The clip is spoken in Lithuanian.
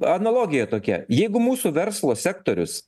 analogija tokia jeigu mūsų verslo sektorius